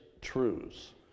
Truths